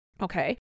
Okay